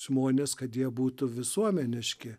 žmones kad jie būtų visuomeniški